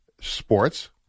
Sports